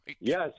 Yes